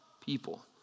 people